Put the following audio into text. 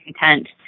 content